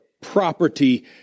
property